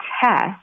test